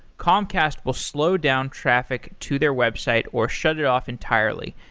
comcast will slow down traffic to their website, or shut it off entirely.